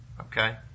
Okay